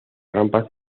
rampas